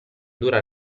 dura